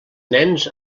nens